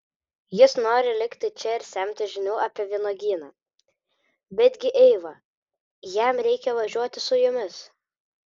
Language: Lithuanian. jis nori likti čia ir semtis žinių apie vynuogyną betgi eiva jam reikia važiuoti su jumis